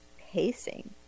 Pacing